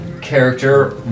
character